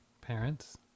parents